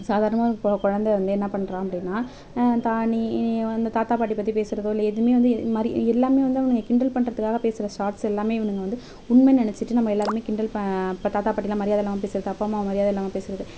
சாதாரணமாக ஒரு கொ குழந்த வந்து என்ன பண்ணுறான் அப்படின்னா தானே வந்து தாத்தா பாட்டி பற்றி பேசுவதோ இல்லை எதுவுமே வந்து இ இந்த மாதிரி எ எல்லாமே வந்து அவங்க கிண்டல் பண்ணுறத்துகாக பேசுகிற ஷார்ட்ஸ் எல்லாமே இவனுங்க வந்து உண்மைன் நினைச்சிட்டு நம்ம எல்லாேருமே கிண்டல் ப இப்போ தாத்தா பாட்டியெலாம் மரியாதை இல்லாமல் பேசுவது அப்பா அம்மாவை மரியாதை இல்லாமல் பேசுவது